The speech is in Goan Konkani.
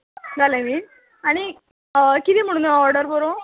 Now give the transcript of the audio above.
जालें नी आनी कितें म्हणून ऑर्डर करूं